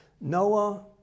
Noah